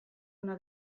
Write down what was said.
una